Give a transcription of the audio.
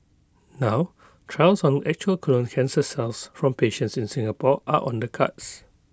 now trials on actual colon cancer cells from patients in Singapore are on the cards